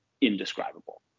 indescribable